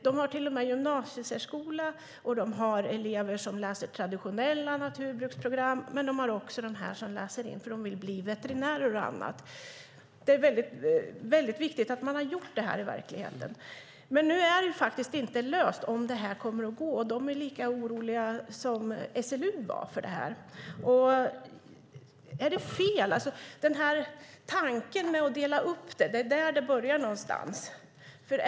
De har till och med gymnasiesärskola, och de har elever som läser traditionella naturbruksprogram, men de har också elever som läser in särskild behörighet för att de vill bli veterinärer och annat. Det är väldigt bra att man har gjort det här i verkligheten. Men nu är det inte klart om det kommer att gå, och de är lika oroliga för det här som SLU var. Tanken att dela upp det - det är där någonstans det börjar.